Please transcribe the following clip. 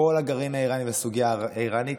כל הגרעין האירני והסוגיה האירנית,